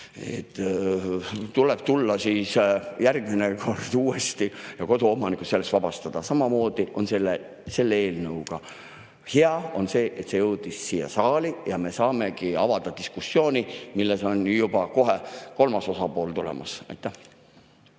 Tuleb tulla järgmine kord uuesti ja koduomanikud sellest vabastada. Samamoodi on selle eelnõuga. Hea on see, et see jõudis siia saali ja me saimegi avada diskussiooni, kuhu on kohe juba kolmas osapool tulemas. Tänan!